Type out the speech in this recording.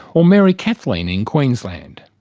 or mary kathleen in queensland,